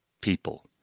people